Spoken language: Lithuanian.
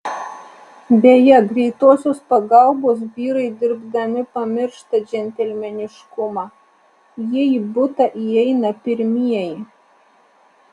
beje greitosios pagalbos vyrai dirbdami pamiršta džentelmeniškumą jie į butą įeina pirmieji